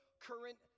current